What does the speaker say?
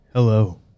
Hello